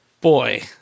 Boy